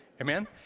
Amen